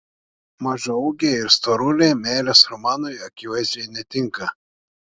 mažaūgiai ir storuliai meilės romanui akivaizdžiai netinka